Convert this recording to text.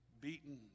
Beaten